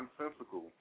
nonsensical